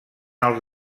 els